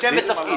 כן.